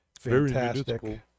fantastic